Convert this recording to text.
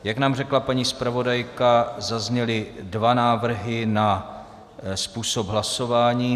Jak nám řekla paní zpravodajka, zazněly dva návrhy na způsob hlasování.